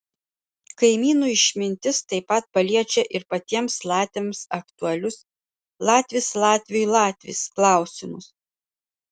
kaimynų išmintis taip pat paliečia ir patiems latviams aktualius latvis latviui latvis klausimus